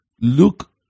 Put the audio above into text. Look